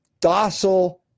docile